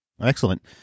Excellent